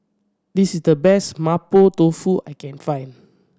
this is the best Mapo Tofu I can find